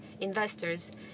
investors